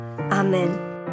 Amen